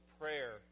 Prayer